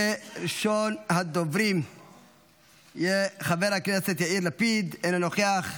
ראשון הדוברים חבר הכנסת יאיר לפיד, אינו נוכח,